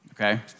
Okay